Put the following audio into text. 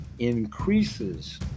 increases